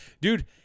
Dude